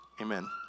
Amen